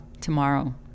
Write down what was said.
Tomorrow